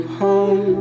home